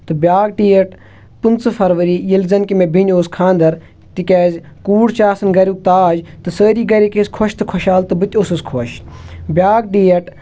تہٕ بیٛاکھ ڈیٹ پٍنٛژٕہ فَروری ییٚلہِ زَن کہِ مےٚ بٮ۪نہِ اوس خانٛدَر تہِ کیٛازِ کوٗر چھِ آسان گَریُک تاج تہٕ سٲری گَرٕکۍ ٲسۍ خۄش تہٕ خۄشحال تہٕ بہٕ تہِ اوسُس خۄش بیٛاکھ ڈیٹ